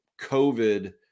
COVID